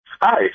Hi